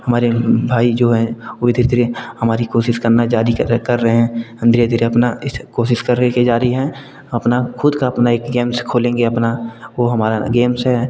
हमारे भाई जो हैं वो भी धीरे धीरे हमारी कोशिश करना जारी कर रहे हैं हम धीरे धीरे अपना कोशिश कर रहे हैं कि जारी है अपना ख़ुद का अपना एक गेम्स खोलेंगे अपना वो हमारा गेम्स है